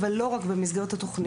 אבל לא רק במסגרת התוכנית.